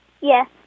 Yes